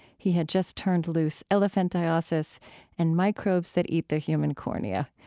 he had just turned loose elephantiasis and microbes that eat the human cornea.